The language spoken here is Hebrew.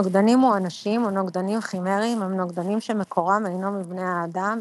נוגדנים מואנשים או נוגדנים כימריים הם נוגדנים שמקורם אינו מבני האדם,